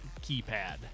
keypad